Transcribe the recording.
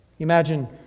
Imagine